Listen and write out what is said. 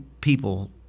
people